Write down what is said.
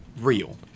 real